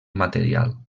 material